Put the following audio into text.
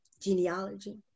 genealogy